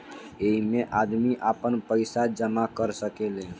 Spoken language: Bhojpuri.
ऐइमे आदमी आपन पईसा जमा कर सकेले